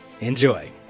Enjoy